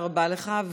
תודה רבה לך.